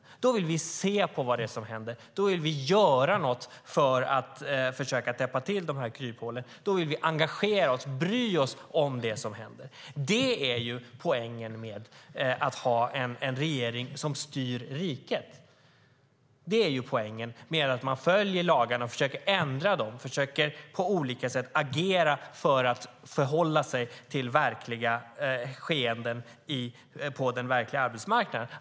Då vill vi se på vad som händer. Då vill vi göra något för att försöka täppa till kryphålen. Då vill vi engagera oss och bry oss om det som händer. Det är poängen med att ha en regering som styr riket. Det är poängen med att man följer lagarna och försöker ändra dem, på olika sätt försöker agera för att förhålla sig till verkliga skeenden på den verkliga arbetsmarknaden.